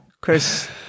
Chris